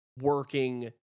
working